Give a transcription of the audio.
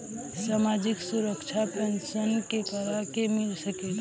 सामाजिक सुरक्षा पेंसन केकरा के मिल सकेला?